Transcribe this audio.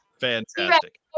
Fantastic